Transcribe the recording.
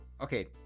okay